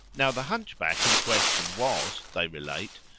now the hunchback in question was, they relate,